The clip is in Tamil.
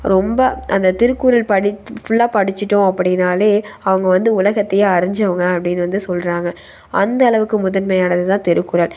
ரொம்ப அந்த திருக்குறள் படி ஃபுல்லாக படிச்சிவிட்டோம் அப்படினாலே அவங்க வந்து உலகத்தையே அறிஞ்சவங்க அப்படினு வந்து சொல்லுறாங்க அந்த அளவுக்கு முதன்மையானது தான் திருக்குறள்